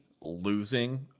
losing